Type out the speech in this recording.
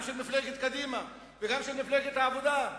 גם של מפלגת קדימה וגם של מפלגת העבודה,